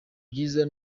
byiza